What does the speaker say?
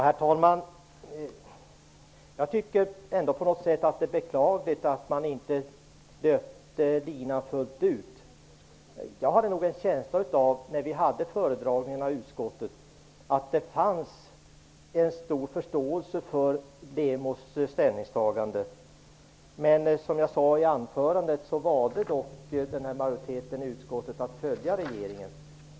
Herr talman! Jag tycker ändå att det på något sätt är beklagligt att man inte löpte linan fullt ut. Vid föredragningarna i utskottet hade jag en känsla av att det fanns en stor förståelse för LEMO:s ställningstagande. Men som jag sade i mitt anförande valde dock utskottsmajoriteten att följa regeringen.